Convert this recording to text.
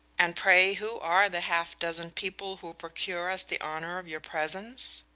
and pray, who are the half dozen people who procure us the honor of your presence?